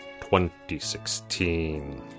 2016